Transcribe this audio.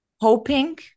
hoping